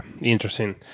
interesting